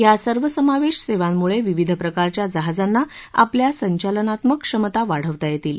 या सर्वसमावेश सेवांमुळे विविध प्रकारच्या जहाजांना आपल्या संचालनात्मक क्षमता वाढवता येतील